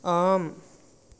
आम्